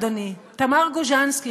אדוני: תמר גוז'נסקי,